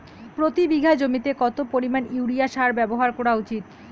প্রতি বিঘা জমিতে কত পরিমাণ ইউরিয়া সার ব্যবহার করা উচিৎ?